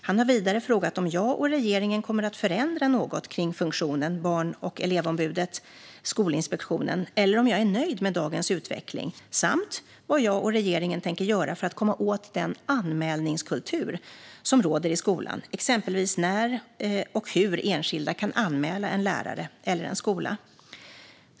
Han har vidare frågat om jag och regeringen kommer att förändra något kring funktionen Barn och elevombudet/Skolinspektionen eller om jag är nöjd med dagens utveckling samt vad jag och regeringen tänker göra för att komma åt den anmälningskultur som råder i skolan, exempelvis när och hur enskilda kan anmäla en lärare eller en skola.